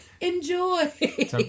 enjoy